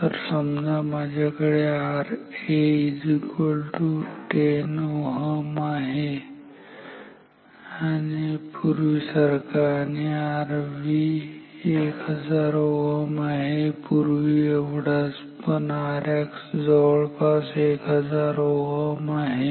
तर समजा माझ्याकडे RA10 Ω आहे पूर्वीसारखा आणि Rv1000 Ω आहे पूर्वी एवढाच पण Rx जवळपास 1000 Ω आहे